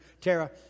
Tara